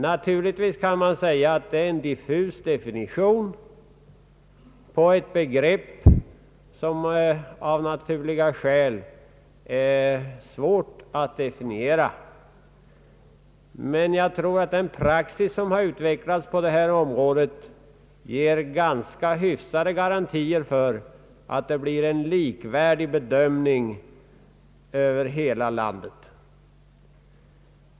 Naturligtvis kan man säga att vi här rör oss med en diffus definition på ett begrepp som det av naturliga skäl är svårt att definiera, men jag tror att den praxis som har utvecklats på detta område ger ganska goda garantier för en likvärdig bedömning över hela landet.